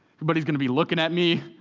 everybody's going to be looking at me.